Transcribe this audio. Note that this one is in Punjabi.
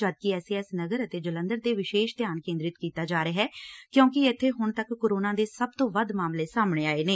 ਜਦਕਿ ਐਸ ਏ ਐਸ ਨਗਰ ਅਤੇ ਜਲੰਧਰ ਤੇ ਵਿਸ਼ੇਸ਼ ਧਿਆਨ ਕੇਂਦਰਿਤ ਕੀਤਾ ਜਾ ਰਿਹੈ ਕਿਉਂਕਿ ਇੱਥੇ ਹੁਣ ਤੱਕ ਕੋਰੋਨਾ ਦੇ ਸਭ ਤੋਂ ਵੱਧ ਮਾਮਲੇ ਸਾਹਮਣੇ ਆਏ ਨੇ